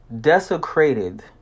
desecrated